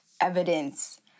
evidence